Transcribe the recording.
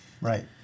Right